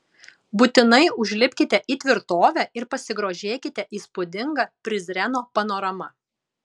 būtinai užlipkite į tvirtovę ir pasigrožėkite įspūdinga prizreno panorama